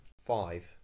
Five